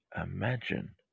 imagine